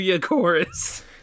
chorus